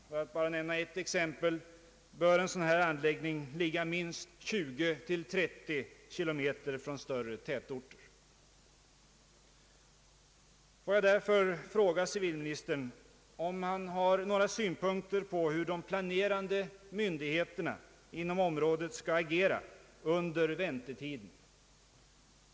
För att bara nämna ett exempel i detta sammanhang bör en sådan anläggning ligga minst 20—30 km från större tätorter. Får jag därför fråga civilministern om han har några synpunkter på hur de planerade myndigheterna i området skall agera under väntetiden.